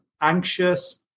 anxious